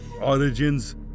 Origins